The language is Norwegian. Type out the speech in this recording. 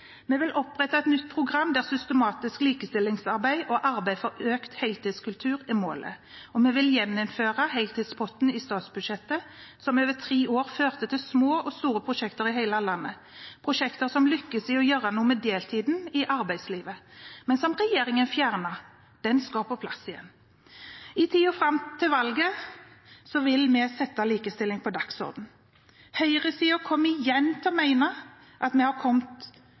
Vi vil opprette et nytt program der systematisk likestillingsarbeid og arbeid for økt heltidskultur er målet, og vi vil gjeninnføre heltidspotten i statsbudsjettet, som over tre år førte til små og store prosjekter over hele landet, prosjekter der en lyktes med å gjøre noe med deltiden i arbeidslivet, men som regjeringen fjernet. Den skal på plass igjen. I tiden fram mot valget vil vi sette likestilling på dagsordenen. Høyresiden kommer igjen til å mene at vi har kommet